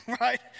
right